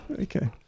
Okay